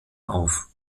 auf